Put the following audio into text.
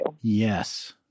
Yes